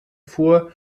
fuhr